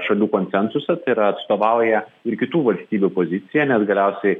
šalių konsensusas tai yra atstovauja ir kitų valstybių poziciją nes galiausiai